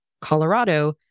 colorado